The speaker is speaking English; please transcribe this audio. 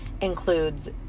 includes